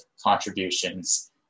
contributions